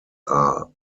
are